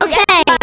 Okay